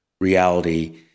reality